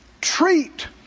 Treat